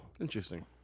Interesting